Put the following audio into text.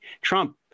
Trump